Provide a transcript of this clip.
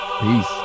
Peace